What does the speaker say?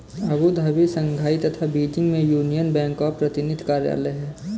Abu Dhabi, Shanghai तथा Beijing में Union Bank का प्रतिनिधि कार्यालय है?